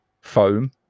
foam